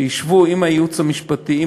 שישבו עם הייעוץ המשפטי,